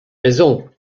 raisons